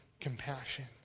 compassion